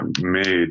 made